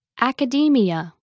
Academia